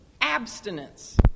abstinence